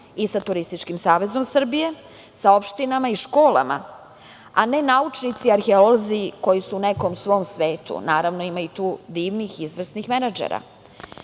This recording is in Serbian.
i sa Turističkim savezom Srbije, sa opštinama i školama, a ne naučnici, arheolozi koji su u nekom svom svetu, naravno ima i tu divnih, izvrsnih menadžera. Vrlo